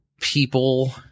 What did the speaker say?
people